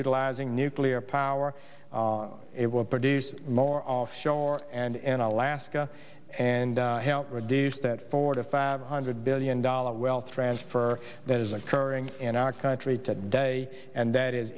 utilizing nuclear power it will produce more offshore and alaska and help reduce that four to five hundred billion dollar wealth transfer that is occurring in our country today and that is